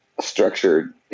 structured